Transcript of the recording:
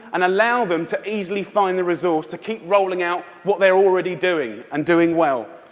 and allow them to easily find the resource to keep rolling out what they're already doing, and doing well.